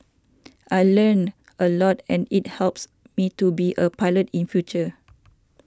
I learnt a lot and it helps me to be a pilot in future